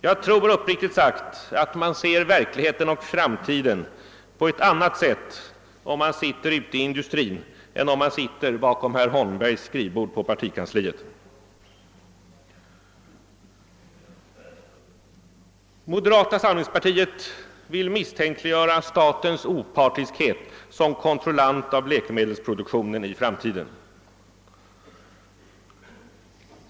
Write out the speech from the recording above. Jag tror, uppriktigt sagt, att man ser verkligheten och framtiden på ett annat sätt om man sitter ute i industrin än om man sitter bakom herr Holmbergs skrivbord på partikansliet. Moderata samlingspartiet vill misstänkliggöra statens opartiskhet som kontrollant av läkemedelsproduktionen i framtiden.